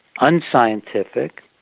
unscientific